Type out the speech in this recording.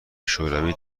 شوروی